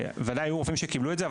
וודאי היו רופאים שקיבלו את זה,